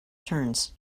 turns